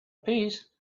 piece